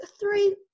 three